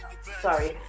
Sorry